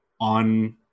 on